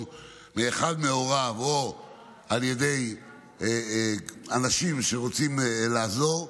מאחד מהוריו או על ידי אנשים שרוצים לעזור,